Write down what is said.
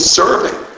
serving